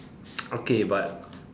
okay but